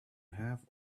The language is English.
have